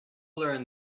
learn